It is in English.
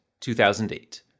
2008